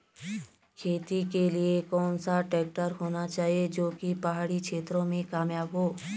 खेती के लिए कौन सा ट्रैक्टर होना चाहिए जो की पहाड़ी क्षेत्रों में कामयाब हो?